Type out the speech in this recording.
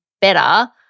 better